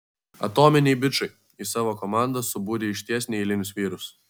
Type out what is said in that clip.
atominiai bičai į savo komandą subūrė išties neeilinius vyrus